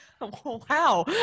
wow